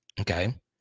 Okay